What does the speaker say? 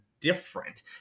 different